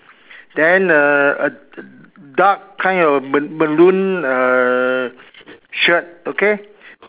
then uh a dark kind of m~ maroon uh shirt okay